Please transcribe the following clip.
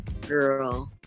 girl